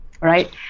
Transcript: right